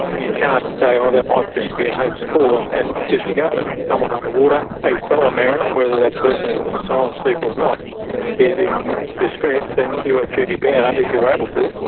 you can't say, oh, that might just be a hoax call and and disregard it. someone on the water a fellow mariner, whether that person is an asylum seeker or not is in distress, and you are duty bound, if you're able to,